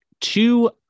two